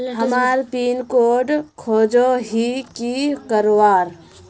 हमार pin code खोजोही की करवार?